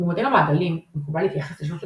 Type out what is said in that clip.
במודל המעגלים מקובל להתייחס לשלושה